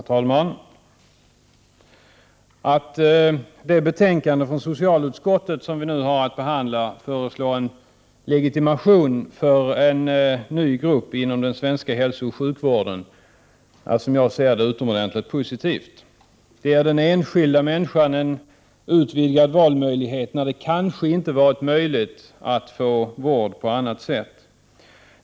Herr talman! Att det betänkande från socialutskottet som vi nu har att behandla föreslår en legitimation för en ny grupp inom den svenska hälsooch sjukvården är utomordentligt positivt. Det ger den enskilda människan en utvidgad valmöjlighet, när det kanske inte varit möjligt att få vård på annat sätt.